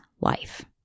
life